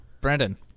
Brandon